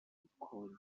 bikongera